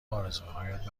آرزوهایت